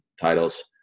titles